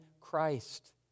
Christ